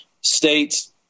states